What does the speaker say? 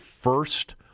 first